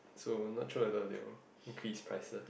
so not sure whether they will increase prices